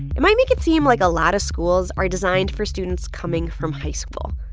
it might make it seem like a lot of schools are designed for students coming from high school.